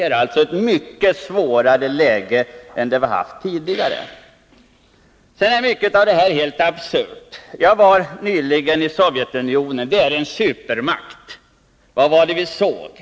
Det är alltså ett mycket svårare läge nu än det varit på länge. Mycket av detta är helt absurt. Jag var nyligen i Sovjetunionen, som är en supermakt. Vad såg vi där?